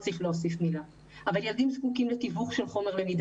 הם גם זקוקים לתיווך של חומר הלימוד.